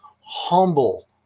humble